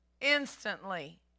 instantly